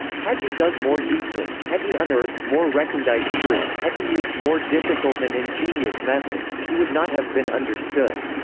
had he dug more deeply, had he unearthed more recondite truth, had he used more difficult and ingenious methods, he would not have been understood.